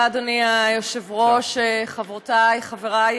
תודה, אדוני היושב-ראש, חברותיי, חבריי,